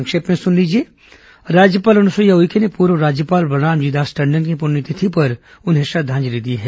संक्षिप्त समाचार राज्यपाल अनुसुईया उइके ने पूर्व राज्यपाल बलरामजी दास टंडन की पुण्यतिथि पर उन्हें श्रद्धांजलि दी है